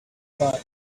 bike